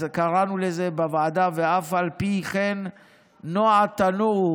אז קראנו לזה בוועדה "ואף על פי כן נוע תנועו",